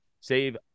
Save